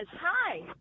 hi